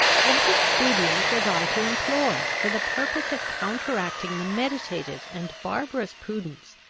what expedient was i to employ for the purpose of counteracting the meditated and barbarous prudence,